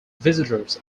visitors